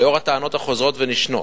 לנוכח הטענות החוזרות ונשנות,